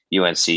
UNC